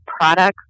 products